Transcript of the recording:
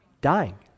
dying